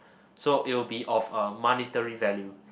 so it'll be of a monetary value